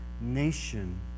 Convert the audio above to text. nation